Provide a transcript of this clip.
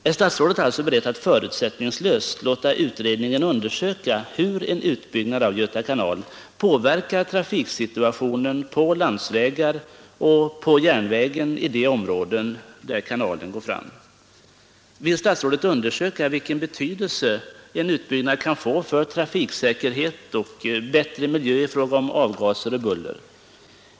Är statsrådet alltså beredd att förutsättningslöst låta utredningen undersöka hur en utbyggnad av Göta kanal påverkar trafiksituationen på landsvägar och på järnvägen i de områden där kanalen går fram? Vill statsrådet undersöka vilken betydelse en utbyggnad kan få för trafiksäkerheten och för bättre miljö i fråga om avgaser och buller?